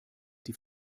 die